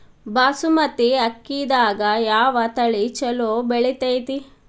ಬಾಸುಮತಿ ಅಕ್ಕಿದಾಗ ಯಾವ ತಳಿ ಛಲೋ ಬೆಳಿತೈತಿ?